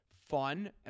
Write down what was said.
fun